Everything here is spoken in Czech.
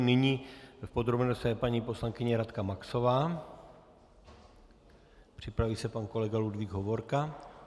Nyní v podrobné rozpravě paní poslankyně Radka Maxová, připraví se pan kolega Ludvík Hovorka.